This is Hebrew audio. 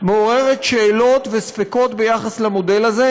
מעוררת שאלות וספקות ביחס למודל הזה,